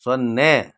ಸೊನ್ನೆ